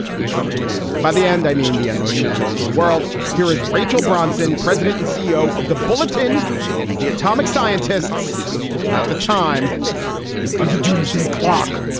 we come to an end. and by the end i mean the end of humanity in the world. here is rachel bronson, president and ceo of the bulletin of the atomic scientists about the time of um the doomsday clock.